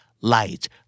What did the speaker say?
Light